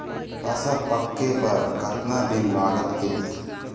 फसल पक्के बर कतना दिन लागत हे?